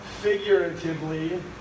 figuratively